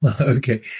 Okay